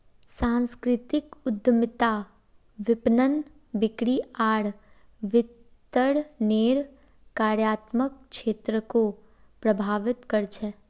सांस्कृतिक उद्यमिता विपणन, बिक्री आर वितरनेर कार्यात्मक क्षेत्रको प्रभावित कर छेक